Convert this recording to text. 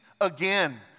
again